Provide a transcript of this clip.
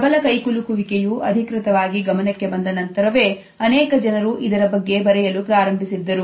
ಪ್ರಬಲ ಕೈಕುಲುಕುವಿಕೆಯು ಅಧಿಕೃತವಾಗಿ ಗಮನಕ್ಕೆ ಬಂದ ನಂತರವೇ ಅನೇಕ ಜನರು ಇದರ ಬಗ್ಗೆ ಬರೆಯಲು ಪ್ರಾರಂಭಿಸಿದ್ದರು